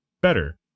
better